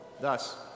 Thus